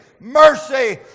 mercy